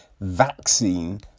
Vaccine